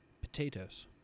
potatoes